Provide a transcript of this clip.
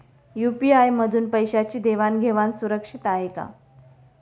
UPI मधून पैशांची देवाण घेवाण सुरक्षित आहे का?